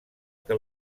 que